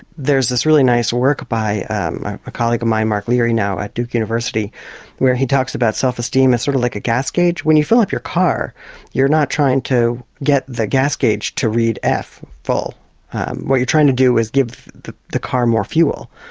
there's this really nice work by a colleague of mine mark leary now at duke university where he talks about self-esteem as sort of like a gas gauge. when you fill up your car you're not trying to get the gas gauge to read f full what you're trying to do is give the the car more fuel.